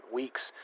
weeks